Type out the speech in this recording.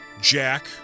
Jack